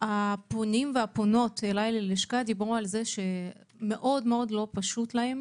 הפונים והפונות דברו על זה שמאוד לא פשוט להם